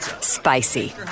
Spicy